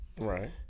Right